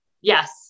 yes